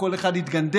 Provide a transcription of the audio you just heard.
כל אחד התגנדר,